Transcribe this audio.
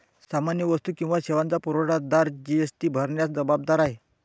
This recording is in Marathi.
सामान्य वस्तू किंवा सेवांचा पुरवठादार जी.एस.टी भरण्यास जबाबदार आहे